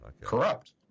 Corrupt